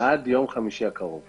עד יום חמישי הקרוב.